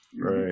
Right